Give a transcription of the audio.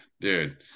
dude